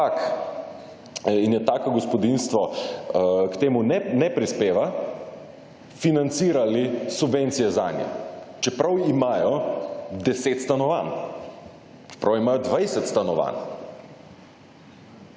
in je tako gospodinjstvo, k temu ne prispeva, financirali subvencije zanje, čeprav imajo deset stanovanj, čeprav imajo 20 stanovanj.